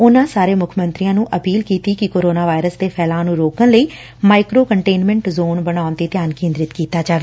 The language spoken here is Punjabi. ਉਨੂਾ ਸਾਰੇ ਮੁੱਖ ਮੰਤਰੀਆਂ ਨੂੰ ਅਪੀਲ ਕੀਤੀ ਕਿ ਕੋਰੋਨਾ ਵਾਇਰਸ ਦੇ ਫੈਲਾਅ ਨੂੰ ਰੋਕਣ ਲਈ ਮਾਈਕੋ ਕੰਟੇਨਮੈਂਟ ਜ਼ੋਨ ਬਣਾਉਣ ਤੇ ਧਿਆਨ ਕੇ ਦਰਿਤ ਕੀਤਾ ਜਾਵੇ